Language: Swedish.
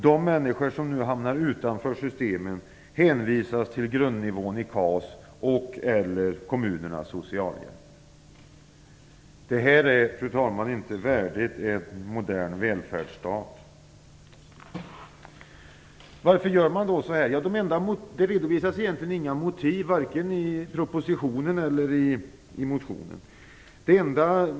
De människor som nu hamnar utanför systemen hänvisas till grundnivån i KAS och/eller kommunernas socialhjälp. Detta är, fru talman, inte värdigt en modern välfärdsstat. Varför gör man så här? Det redovisas egentligen inte några motiv i vare sig propositionen eller motionen.